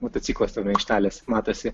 motociklas ant aikštelės matosi